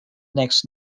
next